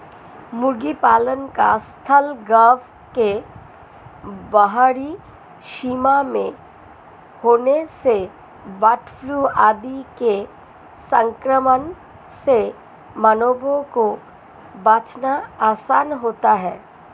मुर्गी पालन का स्थल गाँव के बाहरी सीमा में होने से बर्डफ्लू आदि के संक्रमण से मानवों को बचाना आसान होता है